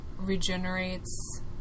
regenerates